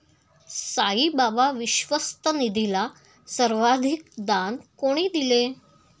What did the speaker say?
साईबाबा विश्वस्त निधीला सर्वाधिक दान कोणी दिले?